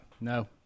No